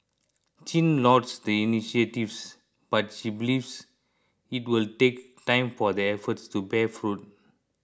Chin lauds the initiatives but she believes it will take time for the efforts to bear fruit